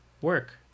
work